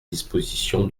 disposition